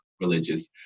religious